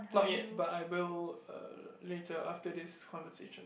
not yet but I will uh later after this conversation